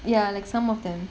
ya like some of them